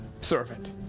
servant